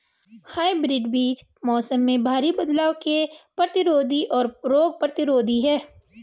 hybrid बीज मौसम में भारी बदलाव के प्रतिरोधी और रोग प्रतिरोधी हैं